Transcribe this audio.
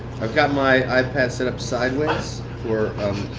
i've got my ipad set up sideways for